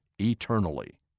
eternally